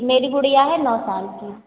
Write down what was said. मेरी गुड़िया है नौ साल की